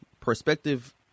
perspective